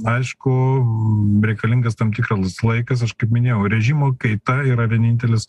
aišku reikalingas tam tikras laikas aš kaip minėjau režimo kaita yra vienintelis